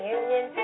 union